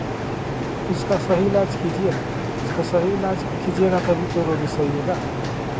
उसका सही इलाज कीजिए ना उसका सही इलाज कीजिएगा तभी तो रोगी सही होगा